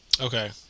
Okay